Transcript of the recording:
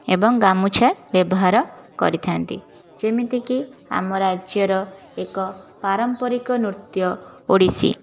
ଏବଂ ଗାମୁଛା ବ୍ୟବହାର କରିଥାନ୍ତି ଯେମିତିକି ଆମ ରାଜ୍ୟର ଏକ ପାରମ୍ପରିକ ନୃତ୍ୟ ଓଡ଼ିଶୀ